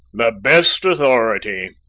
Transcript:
the best authority,